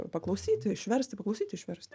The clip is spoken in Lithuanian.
paklausyti išversti paklausyti išversti